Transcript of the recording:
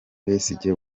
besigye